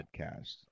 Podcast